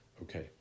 Okay